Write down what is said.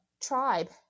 tribe